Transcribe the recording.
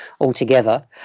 altogether